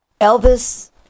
Elvis